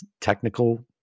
technical